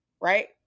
right